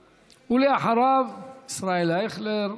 ואחריו, ישראל אייכלר.